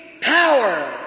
power